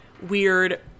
weird